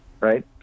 right